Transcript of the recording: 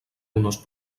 unos